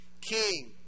King